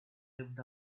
lived